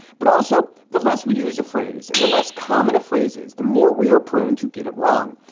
but also the less we use a phrase and the less common a phrase is, the more we are prone to get it wrong.